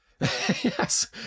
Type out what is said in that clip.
Yes